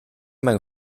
mewn